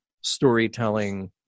storytelling